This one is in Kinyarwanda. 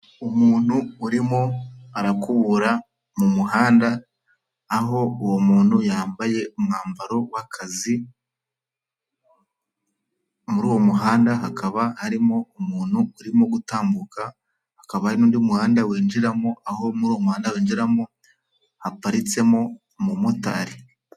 Umuntu urimo arakubura mu muhanda, aho uwo muntu yambaye umwambaro w'akazi, muri uwo muhanda hakaba harimo umuntu urimo gutambuka, hakaba hari n'undi muhanda winjiramo, aho muri uwo muhanda winjiramo haparitsemo umumotari.